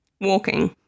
walking